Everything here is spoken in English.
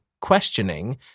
questioning